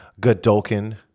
Godolkin